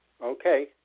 Okay